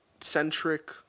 centric